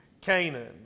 Canaan